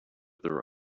their